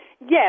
Yes